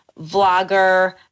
vlogger